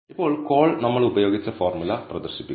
ഇപ്പോൾ കോൾ നമ്മൾ ഉപയോഗിച്ച ഫോർമുല പ്രദർശിപ്പിക്കുന്നു